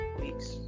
weeks